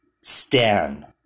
Stan